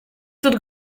dut